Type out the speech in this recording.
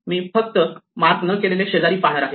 मी फक्त मार्क न केलेले शेजारी पाहणार आहे